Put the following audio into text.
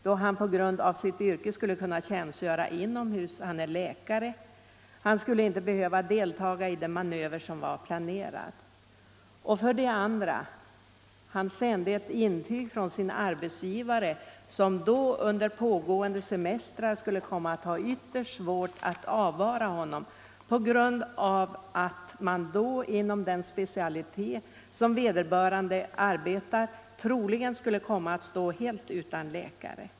Då skulle han i sitt yrke — han är läkare — kunna tjänstgöra inomhus och inte behöva delta i den manöver som var planerad. För det andra sände han ett intyg från sin arbetsgivare, som under pågående semestrar skulle komma att ha ytterst svårt att avvara honom på grund av att man då inom den specialitet där vederbörande arbetar troligen skulle komma att stå helt utan läkare.